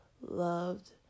loved